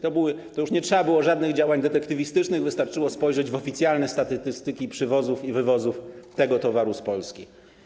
To już nie trzeba było prowadzić żadnych działań detektywistycznych, wystarczyło spojrzeć w oficjalne statystyki przywozów i wywozów tego towaru z Polski.